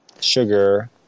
sugar